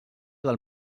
del